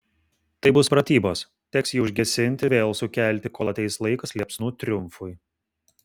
tai bus pratybos teks jį užgesinti vėl sukelti kol ateis laikas liepsnų triumfui